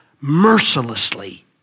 mercilessly